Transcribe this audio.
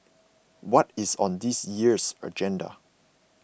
what is on this year's agenda